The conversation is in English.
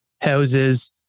houses